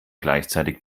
gleichzeitig